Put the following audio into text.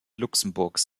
luxemburgs